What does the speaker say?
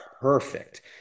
perfect